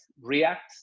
React